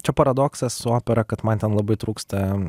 čia paradoksas su opera kad man ten labai trūksta